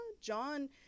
John